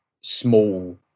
small